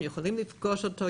הם יכולים לפגוש אותו,